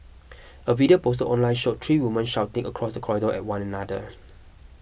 a video posted online showed three women shouting across the corridor at one another